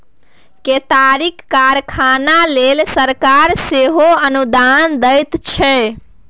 केतारीक कारखाना लेल सरकार सेहो अनुदान दैत छै